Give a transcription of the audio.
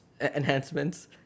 enhancements